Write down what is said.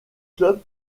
club